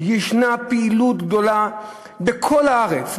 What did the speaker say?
ישנה פעילות גדולה בכל הארץ,